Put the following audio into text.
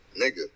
Nigga